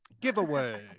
Giveaway